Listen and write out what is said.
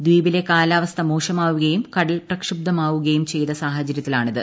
ദ്ധീപിലെ കാലാവസ്ഥ മോശമാകുകയും കടൽ പ്രക്ഷുബ്ദമാവുകയും ചെയ്ത സാഹചരൃത്തിലാണിത്